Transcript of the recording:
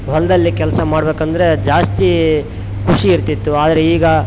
ಹೊಲದಲ್ಲಿ ಕೆಲಸ ಮಾಡಬೇಕಂದ್ರೆ ಜಾಸ್ತಿ ಖುಷಿ ಇರ್ತಿತ್ತು ಆದರೆ ಈಗ